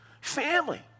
family